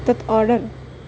तत् आर्डर्